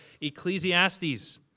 Ecclesiastes